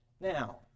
Now